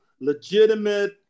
legitimate